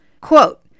quote